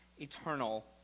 eternal